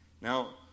Now